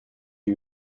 lui